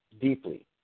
deeply